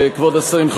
כבוד השרים,